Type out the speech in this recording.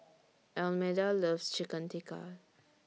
Almeda loves Chicken Tikka